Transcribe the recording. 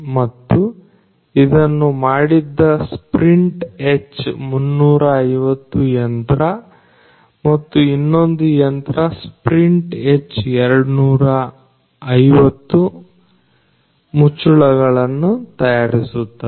ಮತ್ತು ಇದನ್ನು ಮಾಡಿದ್ದು ಸ್ಪ್ರಿಂಟ್ H 350 ಯಂತ್ರ ಮತ್ತು ಇನ್ನೊಂದು ಯಂತ್ರ ಸ್ಪ್ರಿಂಟ್ H 250 ಮುಚ್ಚಳಗಳನ್ನು ತಯಾರಿಸುತ್ತದೆ